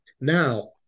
Now